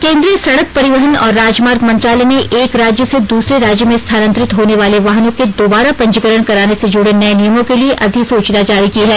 केन्द्रीय सड़क परिवहन और राजमार्ग मंत्रालय ने एक राज्य से दूसरे राज्य में स्थानांतरित होने वाले वाहनों के दोबारा पंजीकरण कराने से जुड़े नये नियमों के लिए अधिसूचना जारी की है